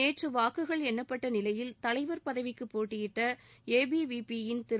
நேற்று வாக்குகள் எண்ணப்பட்ட நிலையில் தலைவா் பதவிக்கு போட்டியிட்ட ஏபிவிபி யின் திரு